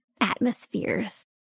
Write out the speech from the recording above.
Atmospheres